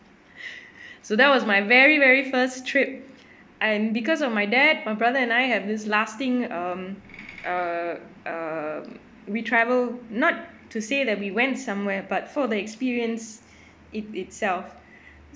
so that was my very very first trip and because of my dad my brother and I have this lasting um err um we travel not to say that we went somewhere but for the experience it itself